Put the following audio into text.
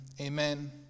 Amen